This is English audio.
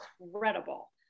incredible